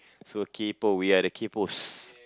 so kaypoh we are the kaypohs